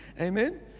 Amen